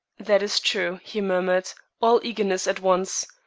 that is true, he murmured, all eagerness at once.